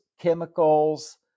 chemicals